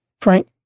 Frank